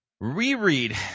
Reread